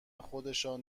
خودشان